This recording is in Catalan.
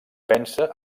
pensa